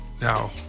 now